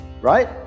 right